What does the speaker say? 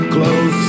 Close